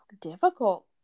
difficult